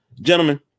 Gentlemen